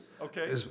Okay